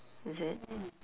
is it